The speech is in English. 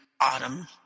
autumn